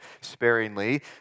sparingly